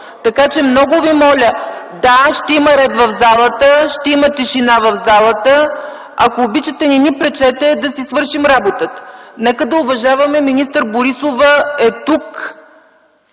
Мая Манолова.) Да, ще има ред в залата, ще има тишина в залата. Ако обичате, не ни пречете да си свършим работата. Нека да уважаваме министър Борисова. Тя е тук